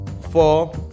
four